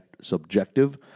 subjective